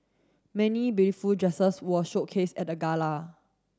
many beautiful dresses were showcased at the gala